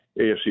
AFC